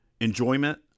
enjoyment